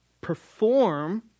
perform